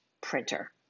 printer